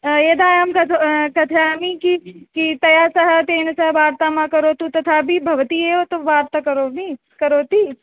यदा अहं कथ कथयामि कि कि तया सह तेन सह वार्तां मा करोतु तथापि भवती एव तु वार्तां करोमि करोति